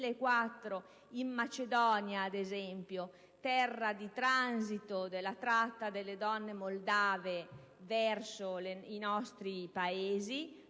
in Macedonia, terra di transito della tratta delle donne moldave verso i nostri Paesi;